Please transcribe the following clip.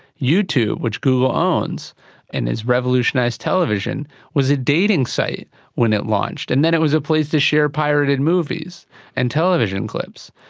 youtube, which google owns and has revolutionised television was a dating site when it launched, and then it was a place to share pirated movies and television clips.